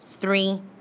three